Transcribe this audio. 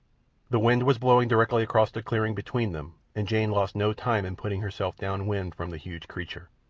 the wind was blowing directly across the clearing between them, and jane lost no time in putting herself downwind from the huge creature.